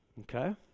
okay